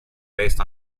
based